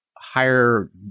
Higher